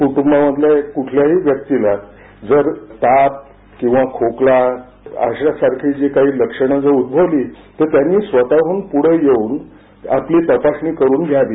कुटुंब मधल्या कोणत्याही व्यक्तीला ताप सर्दी किंवा खोकला या सारखी लक्षण जर का उद्भवलि तर त्यांनी स्वतःहून पुढे येऊन आपली तपासणी करून घ्यावी